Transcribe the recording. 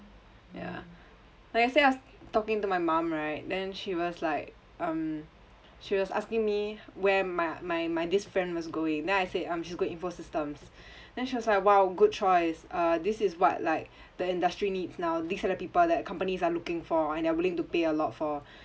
ya like yesterday I was talking to my mum right then she was like um she was asking me where my my my this friend was going then I say um she's going info systems then she was like !wow! good choice uh this is what like the industry needs now these are the people that companies are looking for and they are willing to pay a lot for